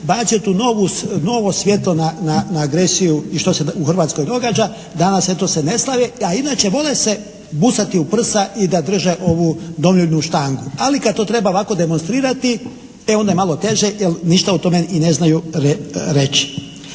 bacio to novo svjetlo na agresiju i što se u Hrvatskoj događa. Danas eto se ne slavi, ali inače vole se busati u prsa i da drže ovu … /Govornik se ne razumije./… štangu. Ali kad to treba ovako demonstrirati, e onda je malo teže jer ništa o tome ni ne znaju reći.